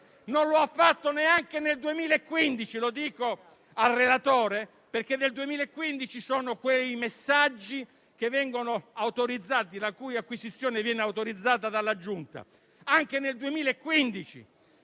Non lo ha fatto neanche nel 2015 - lo dico al relatore - perché del 2015 sono quei messaggi la cui acquisizione viene autorizzata dalla Giunta. Anche nel 2015